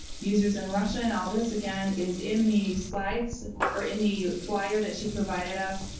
users in russia and all this again is in the slides or in the flyer that she provided us,